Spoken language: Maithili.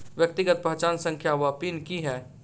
व्यक्तिगत पहचान संख्या वा पिन की है?